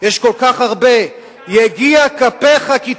יש כל כך הרבה: "יגיע כפיך כי תאכל,